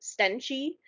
stenchy